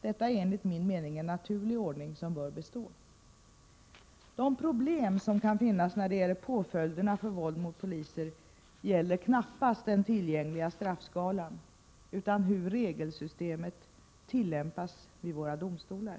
Detta är enligt min mening en naturlig ordning som bör bestå. De problem som kan finnas när det gäller påföljderna för våld mot poliser gäller knappast den tillgängliga straffskalan, utan hur regelsystemet tillämpas vid våra domstolar.